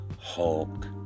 Hulk